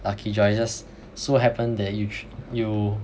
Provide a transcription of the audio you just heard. lucky draw it just so happen that you ch~ you